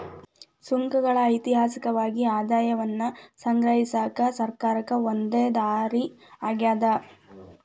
ಸುಂಕಗಳ ಐತಿಹಾಸಿಕವಾಗಿ ಆದಾಯವನ್ನ ಸಂಗ್ರಹಿಸಕ ಸರ್ಕಾರಕ್ಕ ಒಂದ ದಾರಿ ಆಗ್ಯಾದ